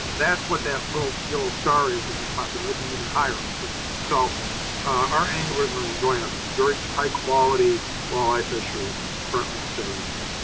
that's what that little yellow star is that just popped in. it would be even higher, of course. so our anglers were enjoying a very high quality walleye fishery currently in saginaw bay.